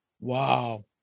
Wow